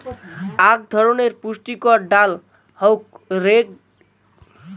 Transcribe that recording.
আক ধরণের পুষ্টিকর ডাল হউক রেড গ্রাম বা অড়হর ডাল